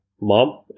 mom